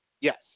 Yes